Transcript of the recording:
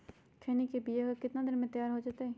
खैनी के बिया कितना दिन मे तैयार हो जताइए?